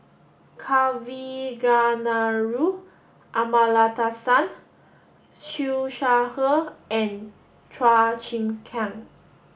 Kavignareru Amallathasan Siew Shaw Her and Chua Chim Kang